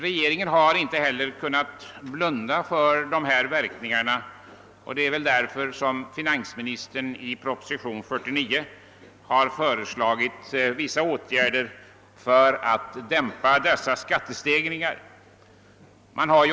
Regeringen har inte heller kunnat blunda för dessa verkningar, och det torde vara av denna anledning som finansministern i proposition 49 har föreslagit vissa åtgärder för att dämpa skattestegringen.